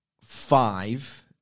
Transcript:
five